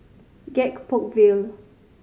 Gek Poh Ville